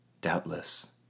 Doubtless